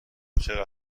چقدر